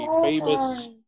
famous